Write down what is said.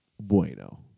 bueno